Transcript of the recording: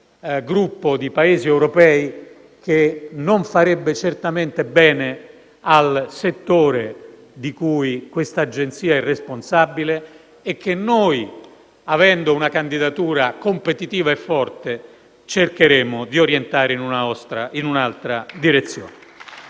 gruppo di Paesi europei, che non farebbe certamente bene al settore di cui questa Agenzia è responsabile. Quindi noi, avendo una candidatura competitiva e forte, cercheremo di orientare la scelta in un'altra direzione.